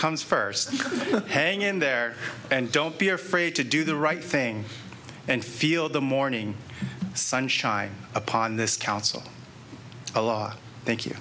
comes first hang in there and don't be afraid to do the right thing and feel the morning sun shine upon this council a lot thank you